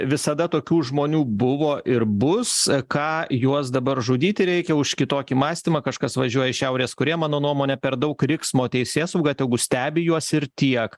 visada tokių žmonių buvo ir bus ką juos dabar žudyti reikia už kitokį mąstymą kažkas važiuoja į šiaurės korėja mano nuomone per daug riksmo teisėsauga tegu stebi juos ir tiek